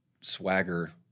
swagger